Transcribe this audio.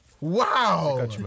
Wow